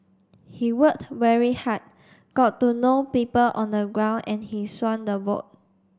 he work very hard got to know people on the ground and he swung the vote